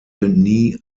nie